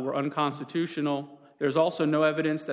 were unconstitutional there's also no evidence that the